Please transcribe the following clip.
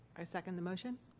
i second the motion.